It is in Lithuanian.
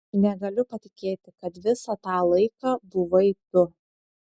negaliu patikėti kad visą tą laiką buvai tu